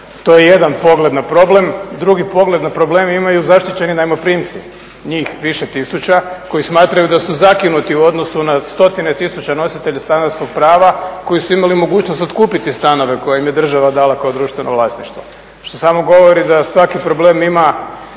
to je jedan pogled na problem. Drugi pogled na problem imaju zaštićeni zajmoprimci njih više tisuća koji smatraju da su zakinuti u odnosu na stotine tisuća nositelja stanarskog prava koji su imali mogućnost otkupiti stanove koje im je država dala kao društveno vlasništvo. Što samo govori da svaki problem ima